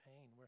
pain